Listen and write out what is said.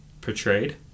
portrayed